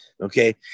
Okay